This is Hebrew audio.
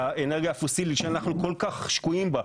האנרגיה הפוסילית שאנחנו כל כך שקועים בה,